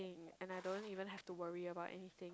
and I don't even have to worry about anything